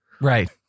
Right